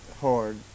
hard